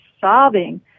sobbing